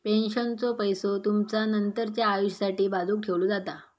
पेन्शनचो पैसो तुमचा नंतरच्या आयुष्यासाठी बाजूक ठेवलो जाता